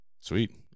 Sweet